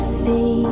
see